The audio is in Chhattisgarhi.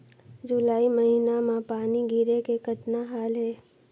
जुलाई महीना म पानी गिरे के कतना हाल हे?